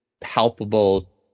palpable